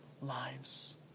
lives